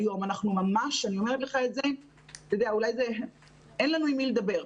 היום אין לנו עם מי לדבר.